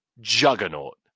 juggernaut